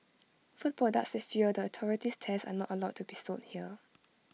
food products that fail the authority's tests are not allowed to be sold here